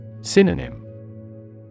Synonym